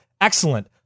Excellent